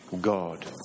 God